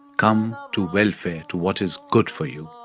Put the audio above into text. come to welfare, to what is good for you.